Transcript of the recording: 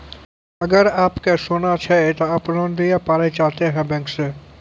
अगर आप के सोना छै ते आप लोन लिए पारे चाहते हैं बैंक से?